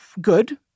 good